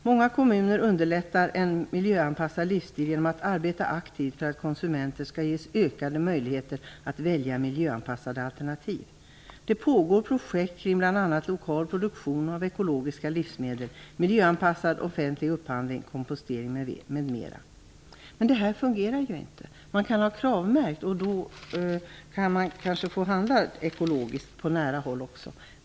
Många kommuner underlättar en miljöanpassad livsstil genom att arbeta aktivt för att konsumenter skall ges ökade möjligheter att välja miljöanpassade alternativ. Det pågår projekt kring bl.a. lokal produktion av ekologiska livsmedel, miljöanpassad offentlig upphandling och kompostering. Men det här fungerar inte. Livsmedlen kan vara KRAV-märkta och man kan handla ekologiskt även på nära håll.